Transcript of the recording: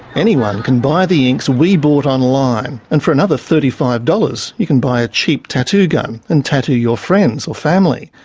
anyone can buy the inks we bought online, and for another thirty five dollars you can buy a cheap tattoo gun and tattoo your friends or family.